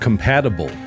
Compatible